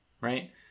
right